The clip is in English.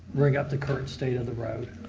bring up the current state of the road.